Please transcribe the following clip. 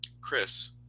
chris